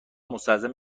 مستلزم